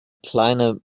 kleiner